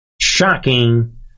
Shocking